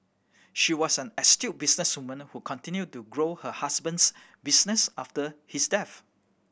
she was an astute businesswoman who continued to grow her husband's business after his death